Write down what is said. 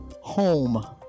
Home